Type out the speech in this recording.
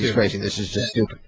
raising this